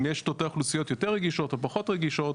אם יש תתי אוכלוסיות יותר רגישות או פחות רגישות,